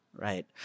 right